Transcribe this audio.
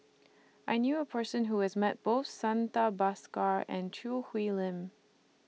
I knew A Person Who has Met Both Santha Bhaskar and Choo Hwee Lim